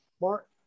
Mark